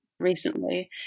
recently